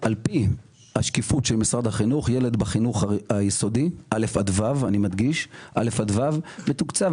ברשתות הוא מתוקצב